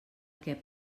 què